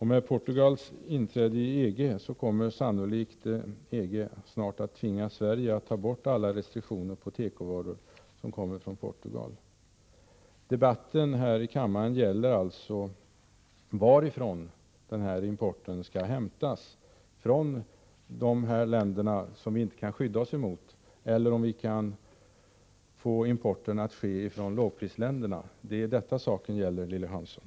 Med Portugals inträde i EG kommer sannolikt EG snart att tvinga Sverige att ta bort alla restriktioner på tekovaror som kommer från Portugal. Debatten här i kammaren gäller alltså varifrån importen skall hämtas — från de länder vi inte kan skydda oss emot eller från lågprisländerna, om vi kan få import från dem. Det är detta saken gäller, Lilly Hansson.